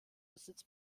besitz